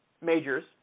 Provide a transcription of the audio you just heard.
majors